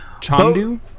Chandu